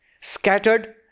Scattered